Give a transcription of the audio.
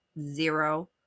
zero